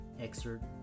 excerpt